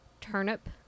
turnip